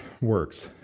works